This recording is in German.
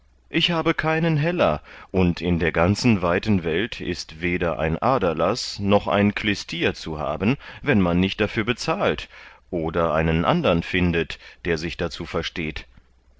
ich habe keinen heller und in der ganzen weiten welt ist weder ein aderlaß noch ein klystier zu haben wenn man nicht dafür bezahlt oder einen andern findet der sich dazu versteht